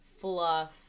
fluff